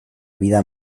vida